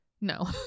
no